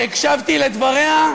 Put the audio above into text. שהקשבתי לדבריה,